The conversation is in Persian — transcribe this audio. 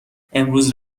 امروز